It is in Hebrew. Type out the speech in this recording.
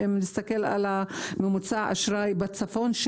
ואם נסתכל על ממוצע האשראי בצפון,